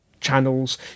channels